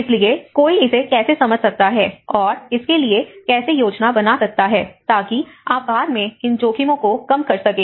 इसलिए कोई इसे कैसे समझ सकता है और इसके लिए कैसे योजना बना सकता है ताकि आप बाद में इन जोखिमों को कम कर सकें